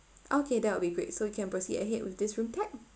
okay that will be great so we can proceed ahead with this room can